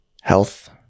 health